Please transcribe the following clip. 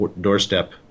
doorstep